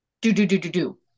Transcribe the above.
do-do-do-do-do